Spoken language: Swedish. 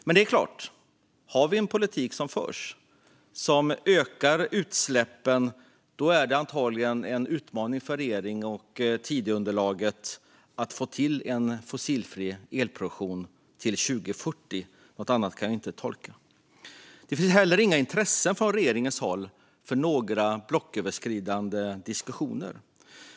Men det är klart att det med en politik som ökar utsläppen antagligen blir en utmaning för regeringen och Tidöunderlaget att få till en fossilfri elproduktion till 2040. Jag kan inte tolka det på något annat sätt. Det finns heller inget intresse från regeringens håll för några blocköverskridande diskussioner.